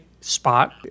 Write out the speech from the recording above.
spot